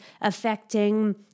affecting